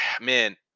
man